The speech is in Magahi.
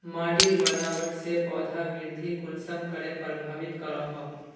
माटिर बनावट से पौधा वृद्धि कुसम करे प्रभावित करो हो?